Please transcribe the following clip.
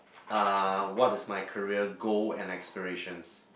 uh what is my career goal and aspirations